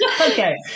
Okay